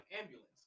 ambulance